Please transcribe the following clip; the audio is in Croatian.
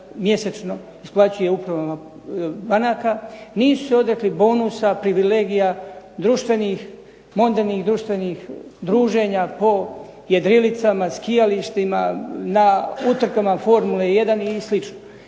mjesečno isplaćuje upravama banaka, nisu se odrekli bonusa, privilegija, mondenih društvenih druženja po jedrilicama, skijalištima, na utrkama Formule 1 i